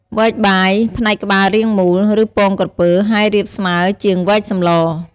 វែកបាយ ផ្នែកក្បាលរាងមូល ឬពងក្រពើ ហើយរាបស្មើជាងវែកសម្ល។